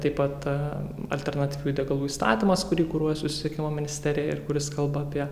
taip pat alternatyvių degalų įstatymas kurį kuruoja susisiekimo ministerija ir kuris kalba apie